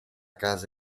casa